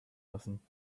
lassen